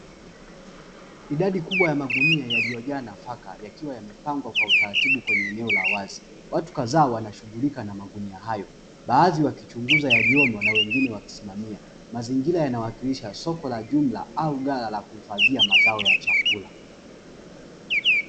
Idadi kubwa ya magunia yaliyojaa nafaka ya kiwa yamepangwa kwa utaratibu kwenye eneo la wazi, watu kadhaa wanashughulika na magunia hayo baadhi wakichunguza yaliyomo na wengine wakisimamia mazingira yanawakilisha soko la jumla au ghala la kuhifadhia mazao ya chakula.